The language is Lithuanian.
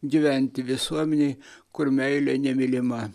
gyventi visuomenėj kur meilė nemylima